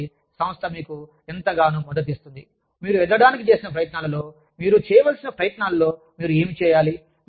కాబట్టి సంస్థ మీకు ఎంతగానో మద్దతు ఇస్తుంది మీరు ఎదగడానికి చేసిన ప్రయత్నాలలో మీరు చేయవలసిన ప్రయత్నాలలో మీరు ఏమి చేయాలి